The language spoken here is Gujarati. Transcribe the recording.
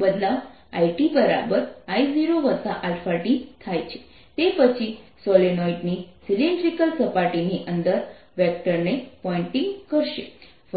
બદલાવ ItI0αt થાય છે તે પછી સોલેનોઇડની સિલિન્ડ્રિકલ સપાટીની અંદર વેક્ટરને પોઇંટિંગ કરશે